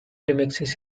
remixes